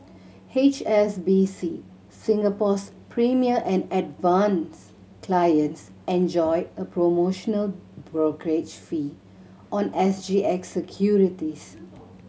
H S B C Singapore's Premier and Advance clients enjoy a promotional brokerage fee on S G X securities